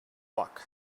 luck